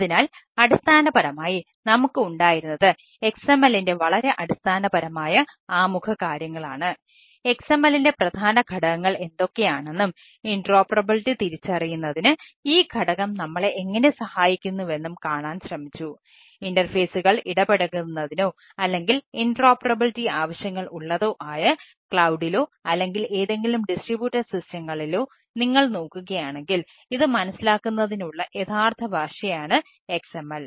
അതിനാൽ അടിസ്ഥാനപരമായി നമുക്ക് ഉണ്ടായിരുന്നത് XML ന്റെ വളരെ അടിസ്ഥാനപരമായ ആമുഖ കാര്യങ്ങളാണ് XML ന്റെ പ്രധാന ഘടകങ്ങൾ എന്തൊക്കെയാണെന്നും ഇന്ററോപ്പറബിളിറ്റി നിങ്ങൾ നോക്കുകയാണെങ്കിൽ ഇത് മനസ്സിലാക്കുന്നതിനുള്ള യഥാർത്ഥ ഭാഷയാണ് XML